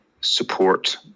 support